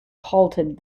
halted